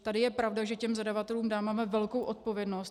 Tady je pravda, že těm zadavatelům dáváme velkou odpovědnost.